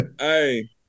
hey